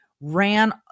ran